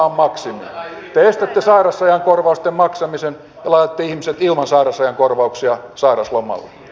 te estätte sairausajan korvausten maksamisen ja laitatte ihmiset ilman sairausajan korvauksia sairauslomalle